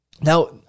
Now